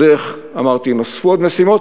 בדרך, אמרתי, נוספו עוד משימות,